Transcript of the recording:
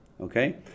okay